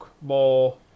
more